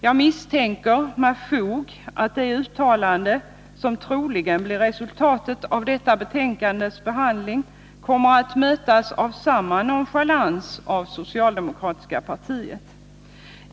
Jag misstänker med fog att det uttalande som troligen blir resultatet av behandlingen av utskottets betänkande kommer att mötas av samma nonchalans av socialdemokratiska partiet.